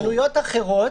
חנויות אחרות,